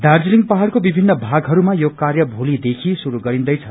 दार्जीलिङ पहाङको विभिन्न भागहरूमा यो कार्य भोलिदेखि शुरू गरिनदैछ